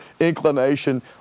inclination